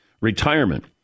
retirement